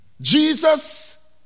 Jesus